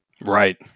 Right